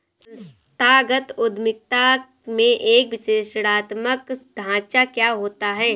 संस्थागत उद्यमिता में एक विश्लेषणात्मक ढांचा क्या होता है?